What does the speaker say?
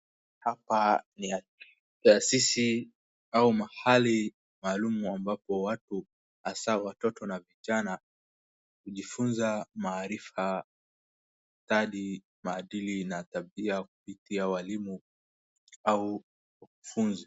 Hapa ni taasisi au mahali maalum ambapo watu hasaa watoto na vijana hujifunza maarifa, itikadi, maadili na tabia kupitia walimu au ufunzi.